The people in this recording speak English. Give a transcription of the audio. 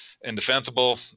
indefensible